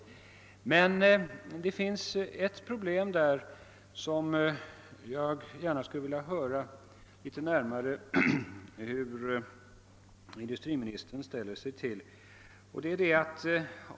Det finns emellertid ett speciellt problem i detta sammanhang, och jag skulle gärna vilja höra litet närmare om hur industriministern ställer sig till det.